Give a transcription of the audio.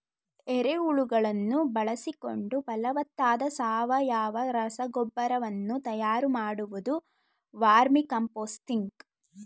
ಎರೆಹುಳುಗಳನ್ನು ಬಳಸಿಕೊಂಡು ಫಲವತ್ತಾದ ಸಾವಯವ ರಸಗೊಬ್ಬರ ವನ್ನು ತಯಾರು ಮಾಡುವುದು ವರ್ಮಿಕಾಂಪೋಸ್ತಿಂಗ್